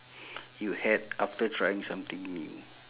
you had after trying something new